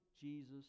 Jesus